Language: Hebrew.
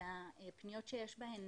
אלא פניות שיש בהן